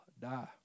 die